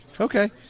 okay